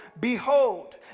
Behold